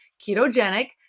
ketogenic